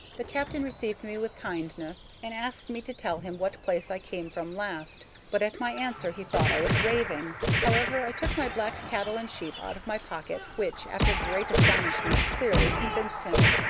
the captain received me with kindness, and asked me to tell him what place i came from last but at my answer he thought i was raving. however, i took my black cattle and sheep out of my pocket, which, after great astonishment, clearly convinced him.